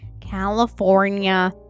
california